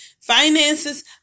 finances